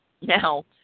Now